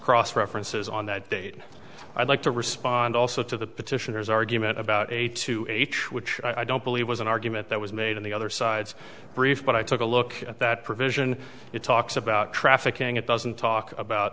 cross references on that date i'd like to respond also to the petitioners argument about eight to each which i don't believe was an argument that was made in the other side's brief but i took a look at that provision it talks about trafficking it doesn't talk about